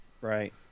Right